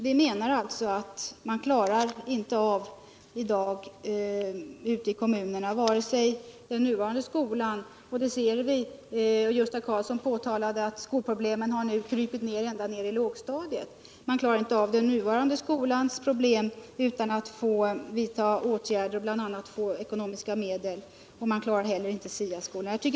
Vi menar alltså att man i dag ute i kommunerna inte klarar av den nuvarande skolans problem — Gösta Karlsson påpekade att skolproblemen nu har krupit ända ner i lågstadiet — utan att vidta åtgärder och utan ekonomiska medel, och man klarar inte heller av STA-skolan.